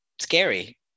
scary